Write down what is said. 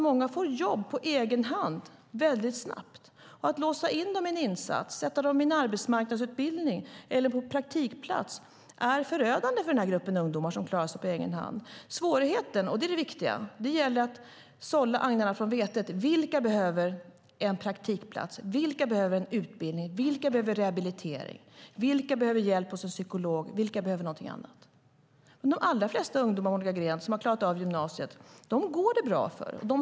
Många får jobb på egen hand väldigt snabbt. Att låsa in dem i en insats i en arbetsmarknadsutbildning eller på en praktikplats är förödande för den grupp ungdomar som klarar sig på egen hand. Svårigheten, och det är det viktiga, är att sålla agnarna från vetet. Vilka behöver en praktikplats? Vilka behöver en utbildning? Vilka behöver rehabilitering? Vilka behöver hjälp hos en psykolog? Vilka behöver någonting annat? De allra flesta ungdomar som har klarat av gymnasiet går det bra för, Monica Green.